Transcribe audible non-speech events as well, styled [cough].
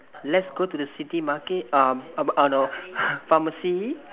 let's go to the city market um [noise] uh no [breath] pharmacy